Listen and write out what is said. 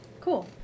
Cool